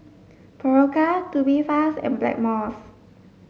Berocca Tubifast and Blackmores